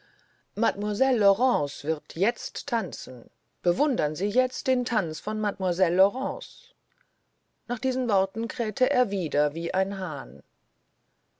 mademoiselle laurence wird jetzt tanzen bewundern sie jetzt den tanz von mademoiselle laurence nach diesen worten krähte er wieder wie ein hahn